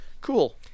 Cool